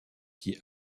qui